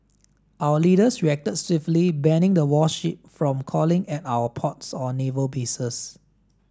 our leaders reacted swiftly banning the warship from calling at our ports or naval bases